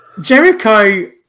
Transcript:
Jericho